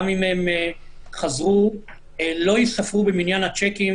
אם הם חזרו לא ייספרו במניין השיקים